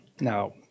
Now